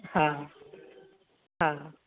हा हा